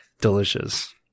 delicious